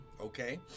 Okay